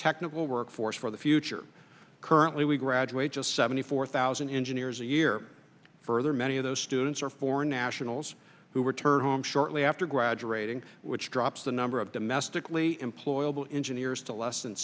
technical workforce for the future currently we graduate just seventy four thousand engineers a year further many of those students are foreign nationals who return home shortly after graduating which drops the number of domestically employable ingenue years to less